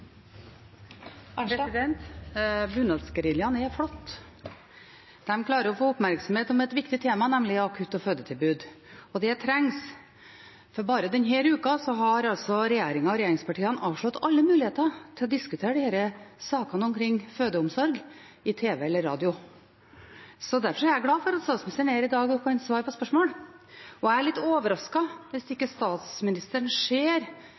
er flott. Den klarer å få oppmerksomhet om et viktig tema, nemlig akutt- og fødetilbud. Det trengs, for bare denne uka har regjeringen og regjeringspartiene avslått alle muligheter til å diskutere i tv eller radio sakene omkring fødeomsorg. Derfor er jeg glad for at statsministeren er her i dag og kan svare på spørsmål. Jeg er litt overrasket hvis statsministeren ikke ser